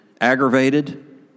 aggravated